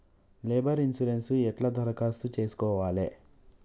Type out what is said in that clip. Labour insurance ఎట్ల దరఖాస్తు చేసుకోవాలే?